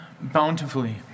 bountifully